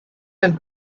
and